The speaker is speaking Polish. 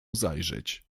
zajrzeć